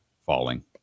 Falling